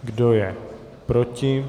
Kdo je proti?